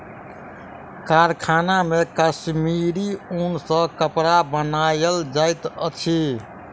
कारखाना मे कश्मीरी ऊन सॅ कपड़ा बनायल जाइत अछि